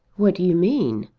what do you mean?